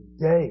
day